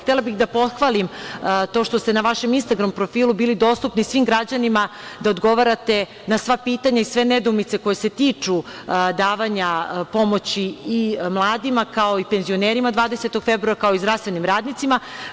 Htela bih da pohvalim to što ste na vašem instagram profilu bili dostupni svim građanima da odgovarate na sva pitanja i sve nedoumice koje se tiču davanja pomoći i mladima, kao i penzionerima 20. februara, kao i zdravstvenim radnicima.